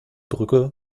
brücke